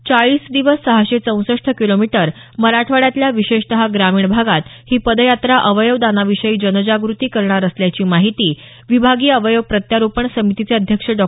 चाळीस दिवस सहाशे चौसष्ठ किलोमीटर मराठवाड्यातल्या विशेषत ग्रमीण भागात ही पदयात्रा अवयव दानाविषयी जनजागृती करणार असल्याची माहिती विभागीय अवयव प्रत्यारोपण समितीचे अध्यक्ष डॉ